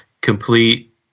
complete